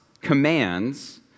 commands